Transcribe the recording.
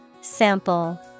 Sample